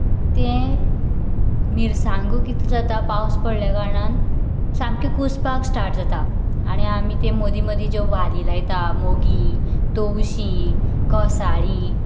तें मिरसांगो कितें जाता पावस पडले कारणान सामकी कुसपाक स्टर्ट जाता आनी आमी ती मदीं मदी ज्यो वाली लायतात मोगी तवशीं घोसाळीं